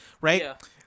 right